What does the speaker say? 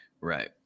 Right